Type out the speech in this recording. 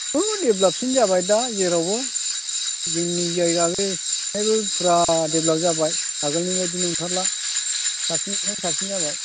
औ डेभल'पसिन जाबाय दा जेरावबो जोंनि जायगा बे बेवहायबो फुरा डेभल'प जाबाय आगोलनि बायदि नंथारला साबसिननिफ्राय साबसिन जाबाय